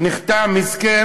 כן.